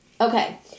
Okay